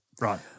Right